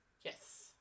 Yes